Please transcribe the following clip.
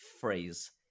phrase